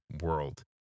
world